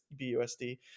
BUSD